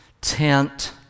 tent